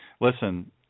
listen